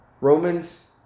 Romans